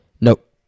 Nope